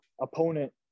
opponent